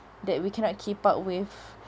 that we cannot keep up with